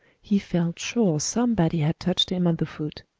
he felt sure somebody had touched him on the foot.